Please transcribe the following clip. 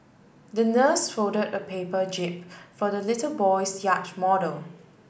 the nurse folded a paper jib for the little boy's yacht model